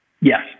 Yes